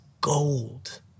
gold